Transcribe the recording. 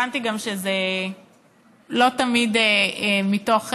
הבנתי גם שזה לא תמיד מתוך,